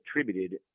attributed